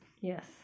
Yes